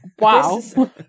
wow